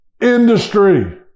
Industry